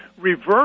reverse